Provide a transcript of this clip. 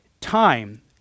time